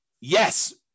Yes